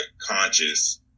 conscious